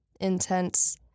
intense